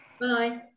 Bye